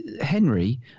Henry